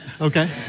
Okay